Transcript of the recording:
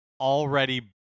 already